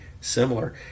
similar